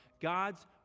God's